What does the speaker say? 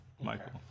michael